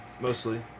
mostly